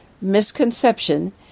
misconception